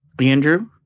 Andrew